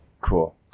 Cool